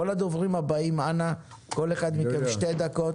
כל הדוברים הבאים, אנא כל אחד מכם שתי דקות.